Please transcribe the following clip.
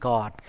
God